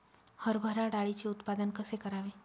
हरभरा डाळीचे उत्पादन कसे करावे?